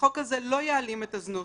החוק הזה לא יעלים את הזנות,